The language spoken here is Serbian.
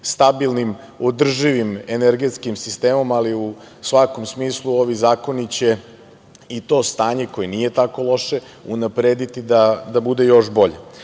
stabilnim, održivim energetskim sistemom, ali u svakom smislu ovi zakoni će i to stanje koje nije tako loše, unaprediti da bude još bolje. Javno